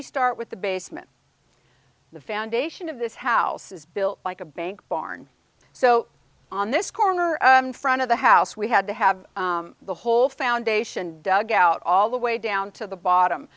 me start with the basement the foundation of this house is built like a bank barn so on this corner of front of the house we had to have the whole foundation dug out all the way down to the bottom